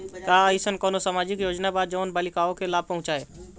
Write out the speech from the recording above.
का अइसन कोनो सामाजिक योजना बा जोन बालिकाओं को लाभ पहुँचाए?